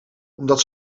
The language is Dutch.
omdat